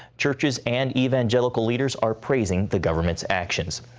churches and evangelical leaders are praising the government's actions.